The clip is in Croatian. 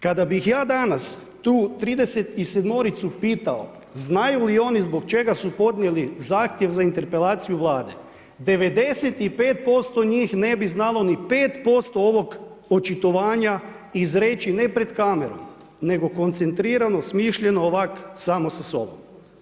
Kada bih ja danas tu 37 pitao znaju li oni zbog čega su podnijeli zahtjev za interpelaciju Vlade, 95% njih ne bi znalo ni 5% ovog očitovanja izreći ne pred kamerama, nego koncentrirano, smišljeno ovako samo sa sobom.